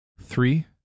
Three